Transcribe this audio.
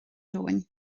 domhain